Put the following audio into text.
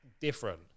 different